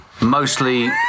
Mostly